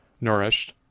nourished